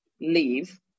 leave